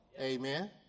amen